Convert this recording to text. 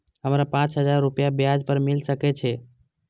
हमरा पाँच हजार रुपया ब्याज पर मिल सके छे?